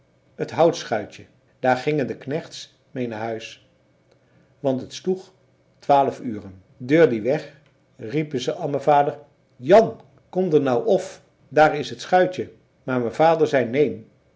t houtschuitje daar gingen de knechts mee na huis want het sloeg twaalf uren deur die weg riepen ze an me vader jan kom der nou of daar is t schuitje maar me vader zei neen